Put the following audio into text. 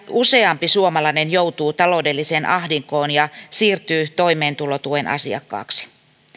useampi suomalainen joutuu taloudelliseen ahdinkoon ja siirtyy toimeentulotuen asiakkaaksi